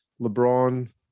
LeBron